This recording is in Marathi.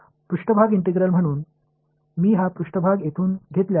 पृष्ठभाग इंटिग्रल म्हणून मी हा पृष्ठभाग येथून घेतल्यास